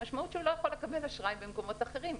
המשמעות היא שהוא לא יכול לקבל אשראי במקומות אחרים,